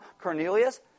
Cornelius